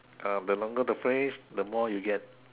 uh the longer the phrase the more you get